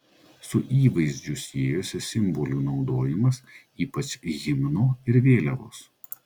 su įvaizdžiu siejosi simbolių naudojimas ypač himno ir vėliavos